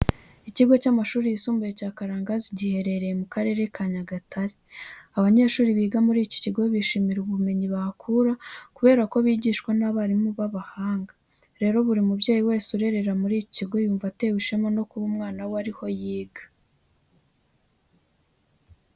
Ikigo cy'amashuri yisumbuye cya Karangazi giherereye mu Karere ka Nyagatare. Abanyeshuri biga muri iki kigo bishimira ubumenyi bahakura kubera ko bigishwa n'abarimu b'abahanga. Rero buri mubyeyi wese urerera muri iki kigo yumva atewe ishema no kuba umwana we ari ho yiga.